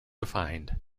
defined